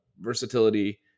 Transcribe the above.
versatility